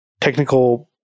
technical